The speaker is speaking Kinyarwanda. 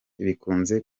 bikunze